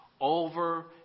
over